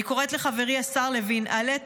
אני קוראת לחברי השר לוין: העלה את